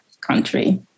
country